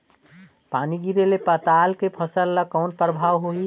पानी गिरे ले पताल के फसल ल कौन प्रभाव होही?